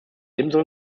ebenso